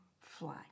fly